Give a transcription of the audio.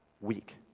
week